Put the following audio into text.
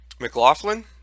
McLaughlin